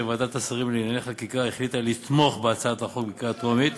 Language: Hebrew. שוועדת השרים לענייני חקיקה החליטה לתמוך בהצעת החוק בקריאה טרומית,